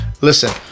Listen